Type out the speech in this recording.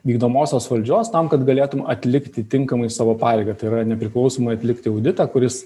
vykdomosios valdžios tam kad galėtum atlikti tinkamai savo pareigą tai yra nepriklausomai atlikti auditą kuris